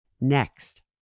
Next